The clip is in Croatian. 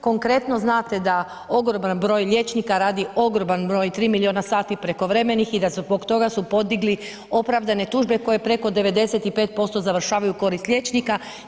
Konkretno znate da ogroman broj liječnika radi ogroman broj 3 miliona sati prekovremenih i da zbog toga su podigli opravdane tužbe koje preko 95% završavaju u korist liječnika.